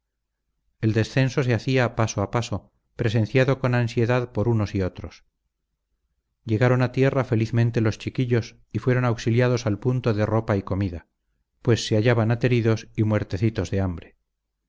el descenso se hacía paso a paso presenciado con ansiedad por unos y otros llegaron a tierra felizmente los chiquillos y fueron auxiliados al punto de ropa y comida pues se hallaban ateridos y muertecitos de hambre